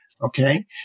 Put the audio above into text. Okay